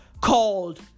called